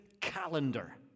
calendar